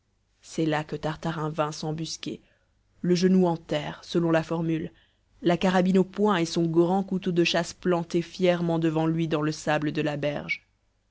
c'est là que tartarin vint s'embusquer le genou en terre selon la formule la carabine au poing et son grand couteau de chasse planté fièrement devant lui dans le sable de la berge